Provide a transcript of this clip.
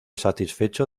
satisfecho